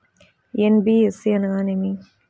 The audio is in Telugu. ఎన్.బీ.ఎఫ్.సి అనగా ఏమిటీ?